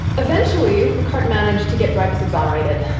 eventually, picquart managed to get dreyfus exonerated.